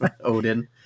Odin